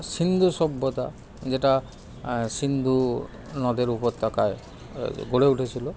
সিন্ধু সভ্যতা যেটা সিন্ধু নদের উপত্যকায় গড়ে উঠেছিল